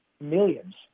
millions